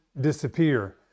disappear